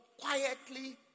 quietly